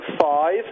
five